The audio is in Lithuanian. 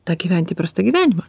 tą gyventi įprastą gyvenimą